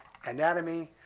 anatomy,